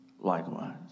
likewise